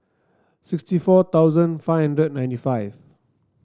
sixty four thousand five hundred ninety five